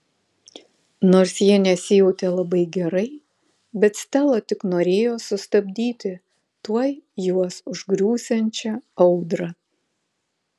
nors ji nesijautė labai gerai bet stela tik norėjo sustabdyti tuoj juos užgriūsiančią audrą